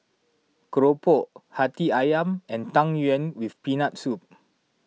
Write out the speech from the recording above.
Keropok Hati Ayam and Tang Yuen with Peanut Soup